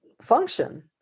function